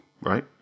right